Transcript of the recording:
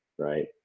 Right